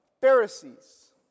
Pharisees